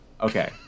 Okay